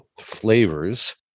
flavors